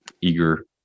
eager